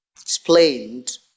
explained